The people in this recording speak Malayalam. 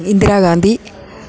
ഇന്ദിരാ ഗാന്ധി